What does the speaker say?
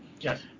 Yes